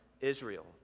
Israel